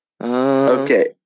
Okay